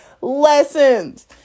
lessons